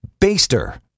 Baster